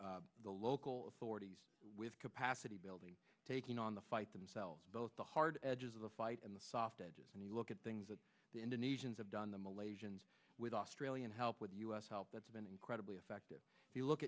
the local authorities with capacity building taking on the fight themselves both the hard edges of the fight and the soft edges and you look at things that the indonesians have done the malaysians with australian help with u s help that's been incredibly effective if you look